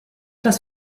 das